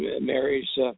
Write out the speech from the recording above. Mary's